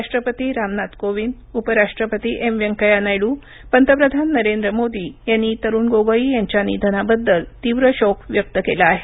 राष्ट्रपती रामनाथ कोविंद उपराष्ट्रपती एम व्यंकय्या नायडू पंतप्रधान नरेंद्र मोदी यांनी तरुण गोगोई यांच्या निधनाबद्दल तीव्र शोक व्यक्त केला आहे